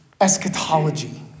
eschatology